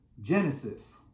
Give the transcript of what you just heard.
Genesis